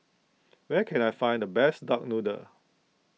where can I find the best Duck Noodle